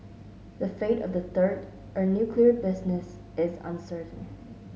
the fate of the third a nuclear business is uncertain